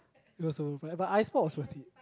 it was so but ice pop was twenty